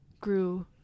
grew